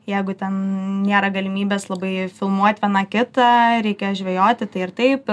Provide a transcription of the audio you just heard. jeigu ten nėra galimybės labai filmuot viena kitą reikia žvejoti tai ir taip